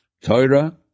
Torah